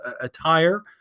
attire